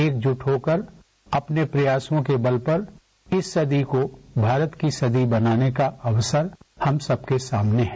एकजुट होक अपने प्रयासों के बल पर इस सदी को भारत की सदी बनाने का अवसर हम सबके सामने है